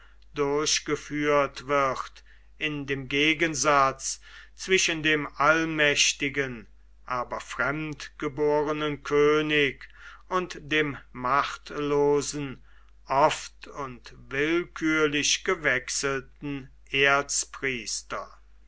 durchgeführt wird in dem gegensatz zwischen dem allmächtigen aber fremdgeborenen könig und dem machtlosen oft und willkürlich gewechselten